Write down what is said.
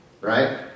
Right